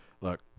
look